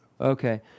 Okay